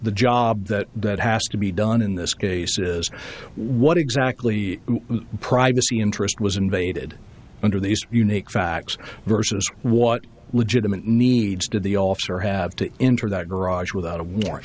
the job that that has to be done in this case is what exactly privacy interest was invaded under these unique facts versus what legitimate needs did the officer have to enter that garage without a warrant